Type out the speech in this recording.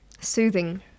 soothing